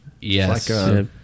yes